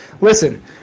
Listen